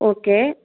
okay